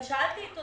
אם הייצוא של